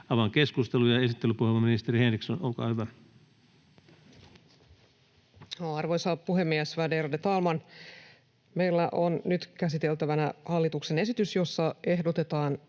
Avaan keskustelun, ja esittelypuheenvuoro, ministeri Henriksson, olkaa hyvä. Arvoisa puhemies, värderade talman! Meillä on nyt käsiteltävänä hallituksen esitys, jossa ehdotetaan